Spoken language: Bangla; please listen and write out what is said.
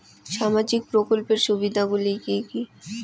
সামাজিক প্রকল্পের সুবিধাগুলি কি কি?